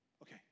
Okay